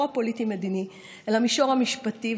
הפוליטי-מדיני אל המישור המשפטי,